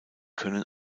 können